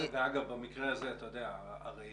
הרי